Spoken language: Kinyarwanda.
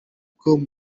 com